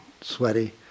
sweaty